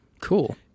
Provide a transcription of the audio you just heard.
Cool